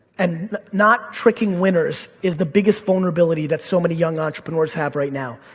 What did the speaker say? and not tricking winners is the biggest vulnerability that so many young entrepreneurs have right now.